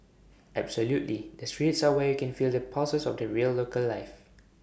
absolutely the streets are where you can feel the pulses of the real local life